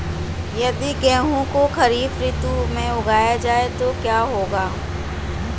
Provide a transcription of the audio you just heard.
यदि गेहूँ को खरीफ ऋतु में उगाया जाए तो क्या होगा?